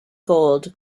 gold